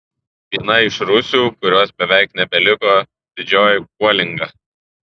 viena iš rūšių kurios beveik nebeliko didžioji kuolinga